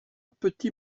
petit